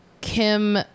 Kim